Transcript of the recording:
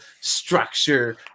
structure